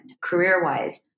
career-wise